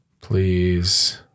Please